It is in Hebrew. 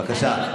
בבקשה.